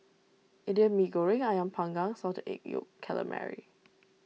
Indian Mee Goreng Ayam Panggang Salted Egg Yolk Calamari